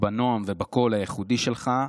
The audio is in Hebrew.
בנועם ובקול הייחודי שלך,